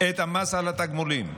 את המס על התגמולים.